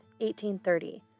1830